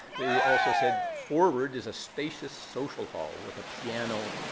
they also said, forward is a spacious, social hall with a piano,